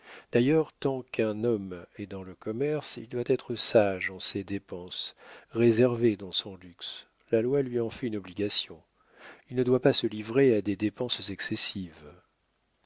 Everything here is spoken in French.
d'ailleurs tant qu'un homme est dans le commerce il doit être sage en ses dépenses réservé dans son luxe la loi lui en fait une obligation il ne doit pas se livrer à des dépenses excessives